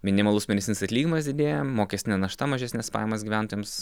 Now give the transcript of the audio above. minimalus mėnesinis atlyginimas didėja mokestinė našta mažesnes pajamas gyventojams